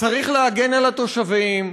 צריך להגן על התושבים,